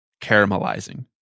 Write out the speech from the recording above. Caramelizing